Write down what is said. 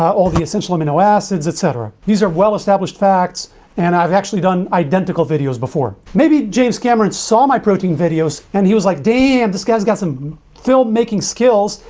all the essential amino acids, etc these are well established facts and i've actually done identical videos before maybe james cameron saw saw my protein videos and he was like damn this guy's got some filmmaking skills.